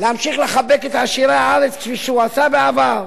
להמשיך לחבק את עשירי הארץ כפי שהוא עשה בעבר,